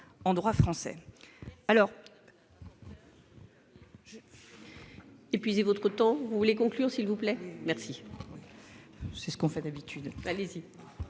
en droit français.